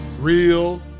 real